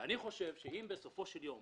אני חושב שבסופו של יום